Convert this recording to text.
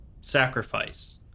sacrifice